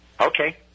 Okay